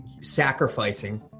sacrificing